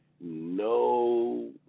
no